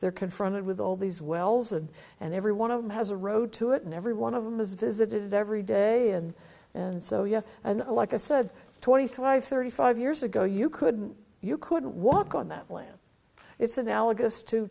they're confronted with all these wells and and every one of them has a road to it and every one of them is visited every day and and so you have and like i said twenty five thirty five years ago you couldn't you couldn't walk on that land it's analogous to